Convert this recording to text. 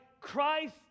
Christ